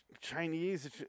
Chinese